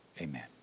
amen